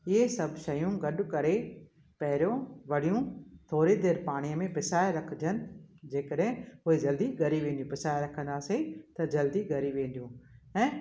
इहे सभु शयूं गॾु करे पहिरियों वड़ियूं थोरी देरि पाणीअ में पिसाए रखजनि जे कॾहिं उहे जल्दी ॻरी वेंदियूं पुसाए रखंदासीं त जल्दी ॻरी वेंदियूं ऐं